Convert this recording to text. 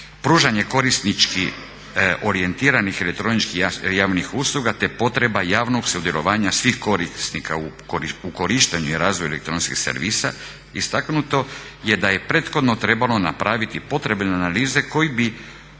pružanje korisničkih orijentiranih elektroničkih javnih usluga te potreba javnog sudjelovanja svih korisnika u korištenju i razvoju elektronskih servisa, istaknuto je da je prethodno trebalo napraviti potrebne analize koje bi